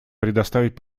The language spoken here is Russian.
предоставить